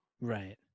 Right